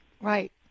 Right